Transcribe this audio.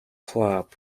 club